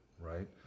right